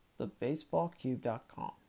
TheBaseballCube.com